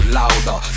louder